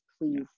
please